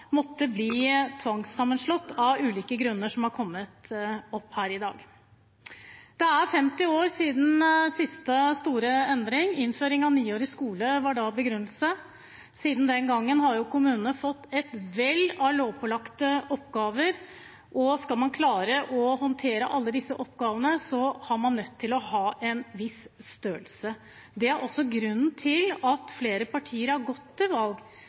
måtte bli tvangssammenslått av ulike grunner, som har kommet opp her i dag. Det er 50 år siden siste store endring, og innføring av niårig skole var da begrunnelsen. Siden den gangen har kommunene fått et vell av lovpålagte oppgaver, og skal man klare å håndtere alle disse oppgavene, er man nødt til å ha en viss størrelse. Det er også grunnen til at flere partier har gått til valg